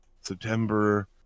september